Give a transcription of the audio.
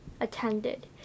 attended